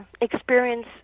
Experience